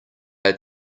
have